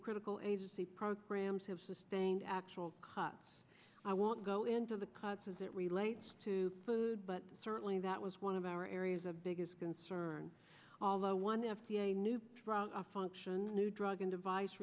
critical agency programs have sustained actual cuts i won't go into the cuts as it relates to but certainly that was one of our areas of biggest concern although one f d a new function new drug and device